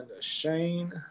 Shane